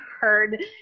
heard